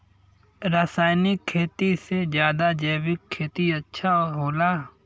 रासायनिक खेती से ज्यादा जैविक खेती अच्छा होला